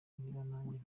nanjye